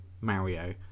Mario